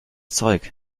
zeug